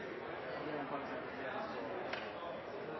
det en